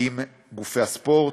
עם גופי הספורט.